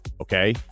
okay